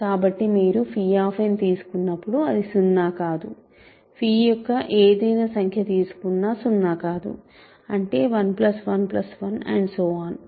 కాబట్టి మీరు తీసుకున్నప్పుడు అది సున్నా కాదు యొక్క ఏదైనా సంఖ్య తీసుకున్న సున్నా కాదు అంటే 1 1 1